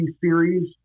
series